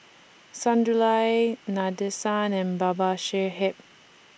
Sunderlal Nadesan and Babasaheb